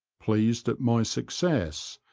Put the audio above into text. pleased at my success,